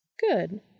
Good